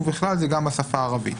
ובכלל זה גם בשפה הערבית.